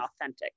authentic